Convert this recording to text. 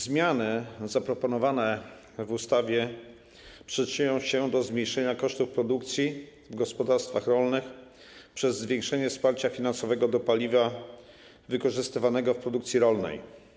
Zmiany zaproponowane w ustawie przyczynią się do zmniejszenia kosztów produkcji w gospodarstwach rolnych przez zwiększenie wsparcia finansowego do paliwa wykorzystywanego w produkcji rolnej.